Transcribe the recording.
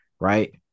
right